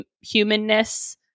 humanness